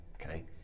Okay